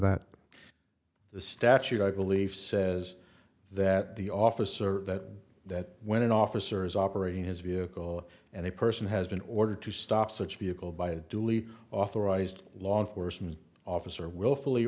that the statute i believe says that the officer that that when an officer is operating his vehicle and a person has been ordered to stop such a vehicle by a duly authorized law enforcement officer willfully